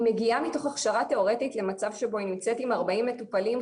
היא מגיעה מתוך הכשרה תיאורטית למצב שבו היא נמצאת עם ארבעים מטופלים,